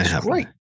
Great